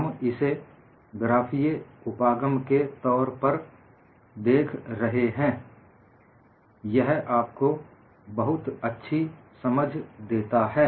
हम इसे ग्राफीय उपागम के तौर पर देख रहे हैं यह आपको बहुत अच्छी समझ देता है